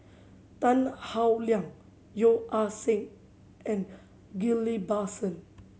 Tan Howe Liang Yeo Ah Seng and Ghillie Basan